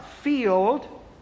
field